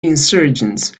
insurgents